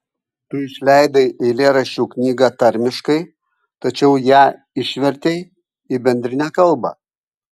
tu išleidai eilėraščių knygą tarmiškai tačiau ją išvertei į bendrinę kalbą